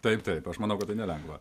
taip taip aš manau kad tai nelengva